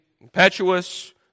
Impetuous